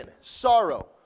sorrow